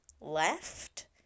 left